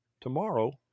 tomorrow